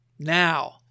Now